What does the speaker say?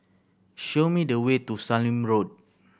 show me the way to Sallim Road